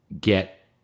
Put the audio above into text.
get